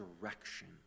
direction